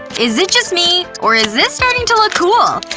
is it just me, or is this starting to look cool?